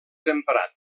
emprat